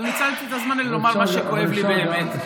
אבל ניצלתי את הזמן לומר מה שכואב לי באמת.